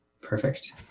perfect